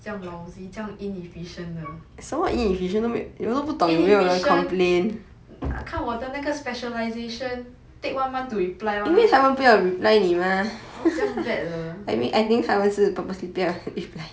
这样 lousy 这样 inefficient 的 inefficient 看我的那个 specialisation take one month to reply [one] 这样 bad 的